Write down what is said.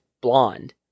blonde